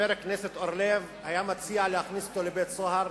חבר הכנסת אורלב היה מציע להכניס אותו לבית-הסוהר,